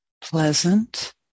pleasant